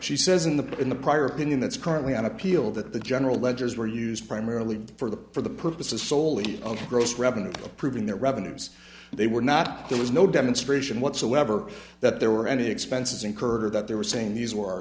she says in the in the prior opinion that's currently on appeal that the general ledgers were used primarily for the for the purposes soley of gross revenue approving their revenues they were not there was no demonstration whatsoever that there were any expenses incurred or that they were saying these were